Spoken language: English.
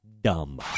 Dumb